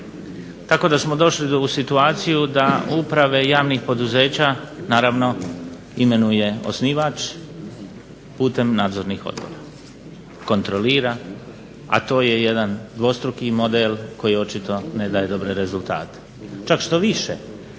Tako da smo došli u situaciju da uprave javnih poduzeća naravno imenuje osnivač putem nadzornih odbora kontrolira, a to je jedan dvostruki model koji očito ne daje dobre rezultate. Čak štoviše